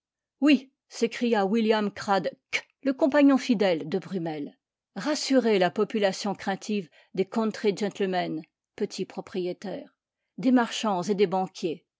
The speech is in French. oui s'écria william crad k le compagnon fidèle de brummel rassurez la population craintive des country gentlemen petits propriétaires des marchands et des banquiers